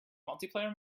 multiplayer